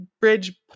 bridge